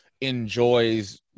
enjoys